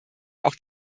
auch